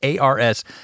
ARS